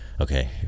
Okay